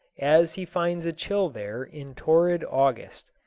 as he finds a chill there in torrid august.